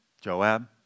Joab